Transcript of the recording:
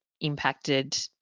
impacted